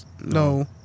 No